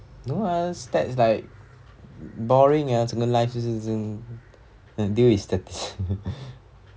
no ah stats like boring ah 整个 life 就是 z~ deal with statis~